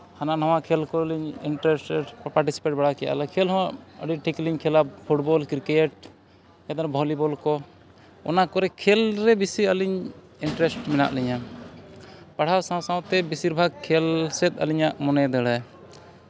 ᱦᱟᱱᱟ ᱱᱟᱣᱟ ᱠᱷᱮᱞ ᱠᱚᱨᱮᱞᱤᱧ ᱤᱱᱴᱟᱨᱮᱥᱴᱮᱰ ᱵᱟᱲᱟ ᱠᱮᱜᱼᱟ ᱞᱤᱧ ᱠᱷᱮᱞ ᱦᱚᱸ ᱟᱹᱰᱤ ᱴᱷᱤᱠ ᱞᱤᱧ ᱠᱷᱮᱞᱟ ᱯᱷᱩᱴᱵᱚᱞ ᱠᱨᱤᱠᱮ ᱵᱷᱚᱞᱤᱵᱚᱞ ᱠᱚ ᱚᱱᱟ ᱠᱚᱨᱮ ᱠᱷᱮᱞ ᱨᱮ ᱵᱮᱥᱤ ᱟᱹᱞᱤᱧ ᱤᱱᱴᱮᱨᱮᱥᱴ ᱢᱮᱱᱟᱜ ᱞᱤᱧᱟᱹ ᱯᱟᱲᱦᱟᱣ ᱥᱟᱶ ᱥᱟᱶᱛᱮ ᱵᱮᱥᱤᱨ ᱵᱷᱟᱜᱽ ᱠᱷᱮᱞ ᱥᱮᱫ ᱟᱹᱞᱤᱧᱟᱜ ᱢᱚᱱᱮᱭ ᱫᱟᱹᱲᱟ